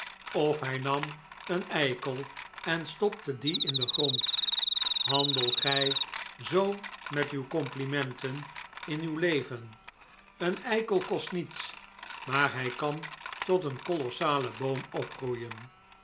of hij nam een eikel en stopte dien in den grond handel gij zoo met uw complimenten in uw leven een eikel kost niets maar hij kan tot een kolossalen boom opgroeien